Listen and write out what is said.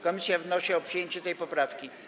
Komisja wnosi o przyjęcie tej poprawki.